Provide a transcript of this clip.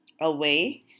away